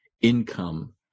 income